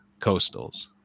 coastals